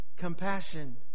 compassion